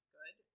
good